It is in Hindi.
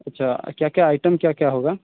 अच्छा क्या क्या आइटम क्या क्या होगा